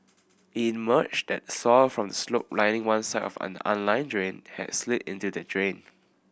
it emerged that soil from the slope lining one side of an unlined drain had slid into the drain